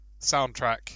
soundtrack